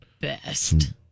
best